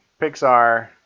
Pixar